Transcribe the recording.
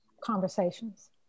conversations